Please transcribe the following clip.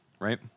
right